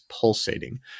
pulsating